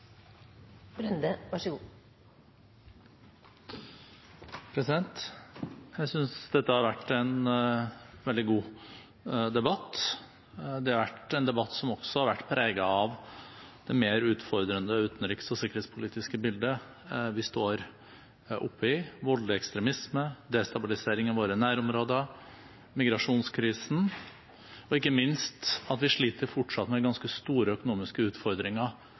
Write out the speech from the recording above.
Jeg synes dette har vært en veldig god debatt. Det har vært en debatt som også har vært preget av det mer utfordrende utenriks- og sikkerhetspolitiske bildet vi står oppe i, med voldelig ekstremisme, destabilisering av våre nærområder, migrasjonskrisen og ikke minst at vi fortsatt sliter med ganske store økonomiske utfordringer